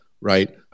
right